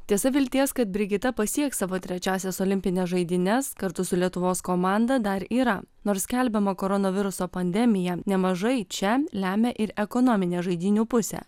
tiesa vilties kad brigita pasieks savo trečiąsias olimpines žaidynes kartu su lietuvos komanda dar yra nors skelbiama koronaviruso pandemija nemažai čia lemia ir ekonominė žaidynių pusė